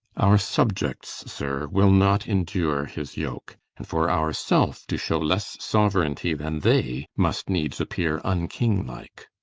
our subjects, sir, will not endure his yoke and for ourself to show less sovereignty than they, must needs appear unkinglike.